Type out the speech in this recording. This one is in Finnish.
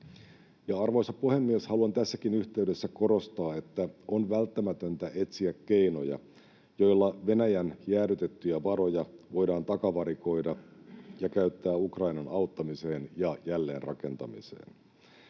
Arvoisa puhemies! Haluan tässäkin yhteydessä korostaa, että on välttämätöntä etsiä keinoja, joilla Venäjän jäädytettyjä varoja voidaan takavarikoida ja käyttää Ukrainan auttamiseen ja jälleenrakentamiseen.